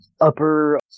upper